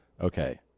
Okay